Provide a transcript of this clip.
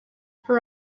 her